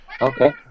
okay